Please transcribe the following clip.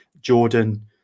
jordan